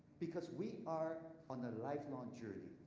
because we are on the lifelong journey.